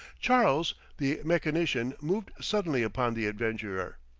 charles, the mechanician, moved suddenly upon the adventurer.